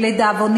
תודה.